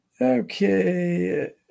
Okay